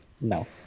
No